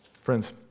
Friends